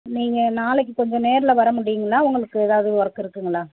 நீங்கள் நாளைக்கு கொஞ்சம் நேரில் வர முடியுங்களா உங்களுக்கு எதாவது ஒர்க் இருக்குதுங்களா